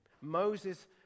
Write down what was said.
Moses